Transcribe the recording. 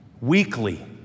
weekly